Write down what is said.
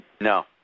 no